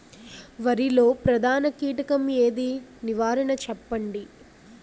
వరిలో ప్రధాన కీటకం ఏది? నివారణ చెప్పండి?